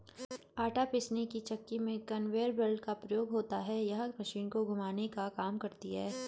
आटा पीसने की चक्की में कन्वेयर बेल्ट का प्रयोग होता है यह मशीन को घुमाने का काम करती है